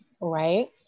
right